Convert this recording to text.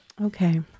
Okay